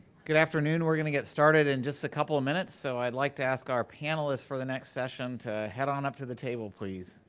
good afternoon, we're gonna get started in just a couple minutes so i'd like to ask our panelists for the next session to head on up to the table please.